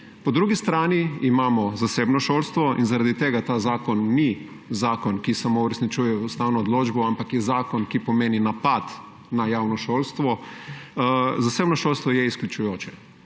Po drugi strani imamo zasebno šolstvo in zaradi tega ta zakon ni zakon, ki samo uresničuje ustavno odločbo, ampak je zakon, ki pomeni napad na javno šolstvo. Zasebno šolstvo je izključujoče.